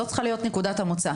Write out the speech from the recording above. זאת צריכה להיות נקודת המוצא.